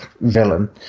villain